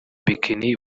bikini